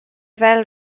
fel